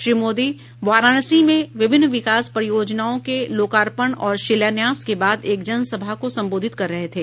श्री मोदी वाराणसी में विभिन्न विकास परियोजनाओं के लोकार्पण और शिलान्यास के बाद एक जनसभा को संबोधित कर रहे थे